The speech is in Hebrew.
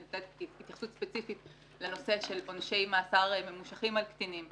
שיש בה התייחסות ספציפית לנושא של עונשי מאסר ממושכים על קטינים.